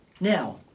now